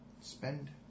spend